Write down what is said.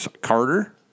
Carter